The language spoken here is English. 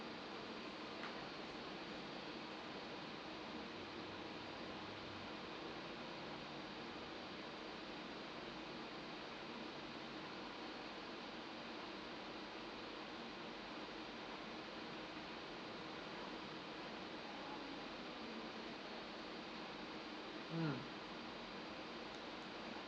mm